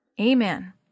Amen